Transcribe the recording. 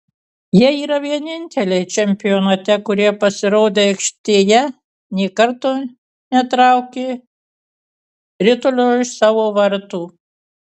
jie yra vieninteliai čempionate kurie pasirodę aikštėje nė karto netraukė ritulio iš savo vartų